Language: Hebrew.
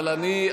אבל אני,